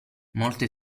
molte